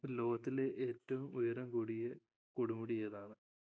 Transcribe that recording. ലോകത്തിലെ ഏറ്റവും ഉയരം കൂടിയ കൊടുമുടി ഏതാണ്